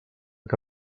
que